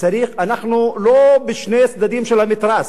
אנחנו לא משני צדדים של המתרס,